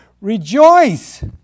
Rejoice